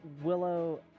Willow